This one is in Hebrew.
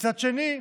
ומצד שני,